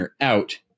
out